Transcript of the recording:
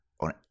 on